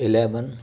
eleven